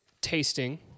tasting